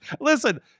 Listen